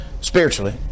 spiritually